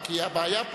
בעיה.